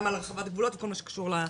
וגם על הרחבת גבולות וכל מה שקשור לזה.